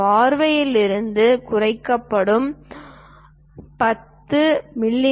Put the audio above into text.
பார்வையில் இருந்து குறைந்தது 10 மி